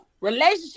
Relationship